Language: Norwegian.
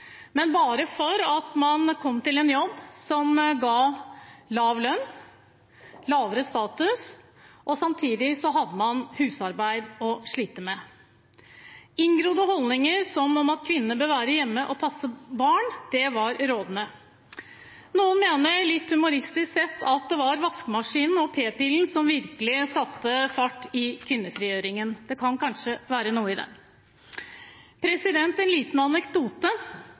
men kom til en jobb som ga lav lønn, lav status og samtidig hadde man husarbeid å slite med. Inngrodde holdninger som at kvinner bør være hjemme og passe barn, var rådende. Noen mener, litt humoristisk sett, at det var vaskemaskinen og p-pillen som virkelig satte fart i kvinnefrigjøringen. Det kan kanskje være noe i det. En liten anekdote: